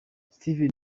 steve